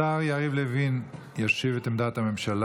השר יריב לוין, שר המשפטים, ישיב לפי עמדת הממשלה,